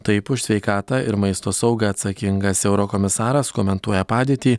taip už sveikatą ir maisto saugą atsakingas eurokomisaras komentuoja padėtį